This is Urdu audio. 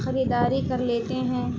خریداری کر لیتے ہیں